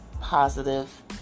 Positive